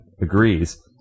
agrees